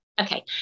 Okay